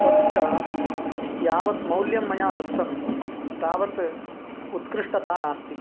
तस्य यावत्मौल्यं मया दत्तं तावत् उत्कृष्टता नास्ति